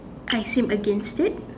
I seem against it